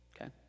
Okay